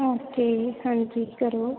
okay ਹਾਂਜੀ ਕਰੋ